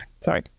sorry